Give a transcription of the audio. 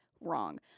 wrong